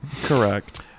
Correct